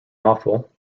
awful